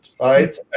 right